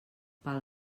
pel